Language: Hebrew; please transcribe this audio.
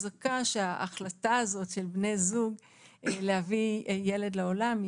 שחזקה שההחלטה הזאת של בני זוג להביא ילד לעולם,